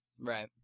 Right